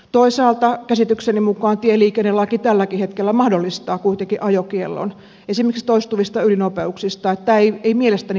toisaalta käsitykseni mukaan tieliikennelaki tälläkin hetkellä mahdollistaa kuitenkin ajokiellon esimerkiksi toistuvista ylinopeuksista joten tämän ei mielestäni pitäisi olla este